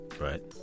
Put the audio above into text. Right